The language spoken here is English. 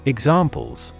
Examples